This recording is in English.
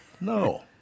No